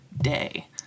day